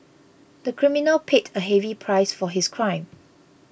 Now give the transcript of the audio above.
the criminal paid a heavy price for his crime